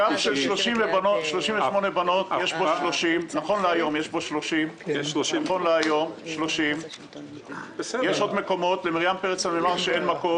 ב"מסילה" 90. נכון להיום יש 30. למרים פרץ נאמר שאין מקום.